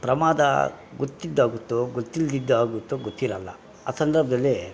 ಪ್ರಮಾದ ಗೊತ್ತಿದ್ದಾಗುತ್ತೊ ಗೊತ್ತಿಲ್ದಿದ್ದು ಆಗುತ್ತೊ ಗೊತ್ತಿರಲ್ಲ ಆ ಸಂದರ್ಭದಲ್ಲಿ